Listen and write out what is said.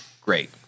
great